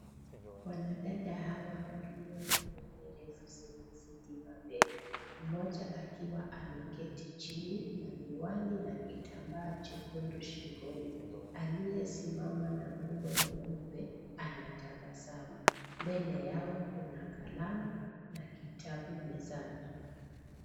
Wanadada hawa walio na nywele refu zimezidi mabega. Mmoja akiwa ameketi chini na miwani na kitambaa chekundu shingoni, aliye simama na nguo nyeupe anatabasamu. Mbele yao kuna kalamu na kitabu mezani.